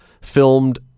filmed